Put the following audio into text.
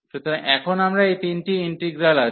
সুতরাং এখন আমরা এই তিনটি ইন্টিগ্রাল আছে